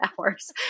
hours